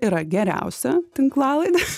yra geriausia tinklalaidė